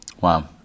Wow